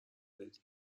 دادی